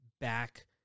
back